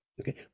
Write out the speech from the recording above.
Okay